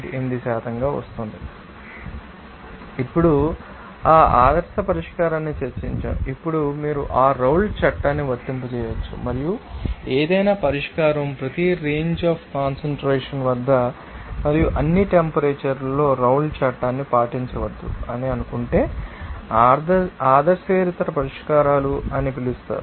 ఇప్పుడు మేము ఆ ఆదర్శ పరిష్కారాన్ని చర్చించాము ఇక్కడ మీరు ఆ రౌల్ట్ చట్టాన్ని వర్తింపజేయవచ్చు మరియు ఏదైనా పరిష్కారం ప్రతి రేంజ్ అఫ్ కాన్సంట్రేషన్ వద్ద మరియు అన్ని టెంపరేచర్ లలో రౌల్ట్ చట్టాన్ని పాటించవద్దు అని అనుకుంటే ఆదర్శేతర పరిష్కారాలు అని పిలుస్తారు